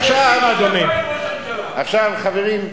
עכשיו, חברים,